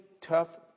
tough